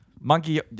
Monkey